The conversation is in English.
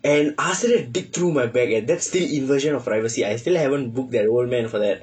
and ஆசிரியர்:aasiriyar digged through my bag eh that still invasion of privacy I still haven't book that old man for that